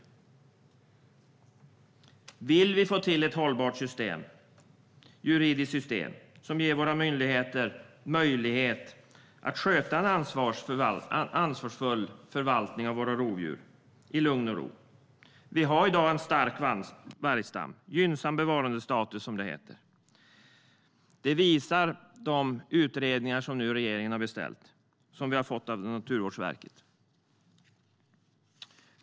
Vi vill få till ett hållbart juridiskt system som ger våra myndigheter möjlighet att sköta en ansvarsfull förvaltning av våra rovdjur i lugn och ro. Vi har i dag en stark vargstam - gynnsam bevarandestatus, som det heter. Det visar de utredningar som regeringen har beställt av Naturvårdsverket.